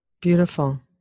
Beautiful